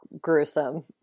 gruesome